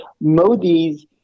Modi's